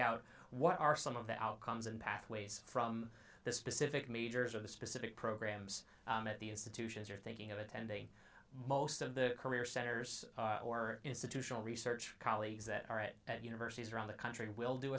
out what are some of the outcomes and pathways from the specific majors or the specific programs at the institutions you're thinking of attending most of the career centers or institutional research colleagues that are at at universities around the country